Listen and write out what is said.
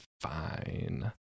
fine